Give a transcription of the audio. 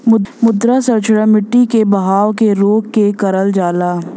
मृदा संरक्षण मट्टी के बहाव के रोक के करल जाला